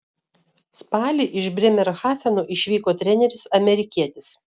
spalį iš brėmerhafeno išvyko treneris amerikietis